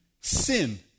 sin